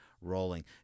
rolling